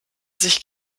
sich